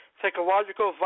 Psychological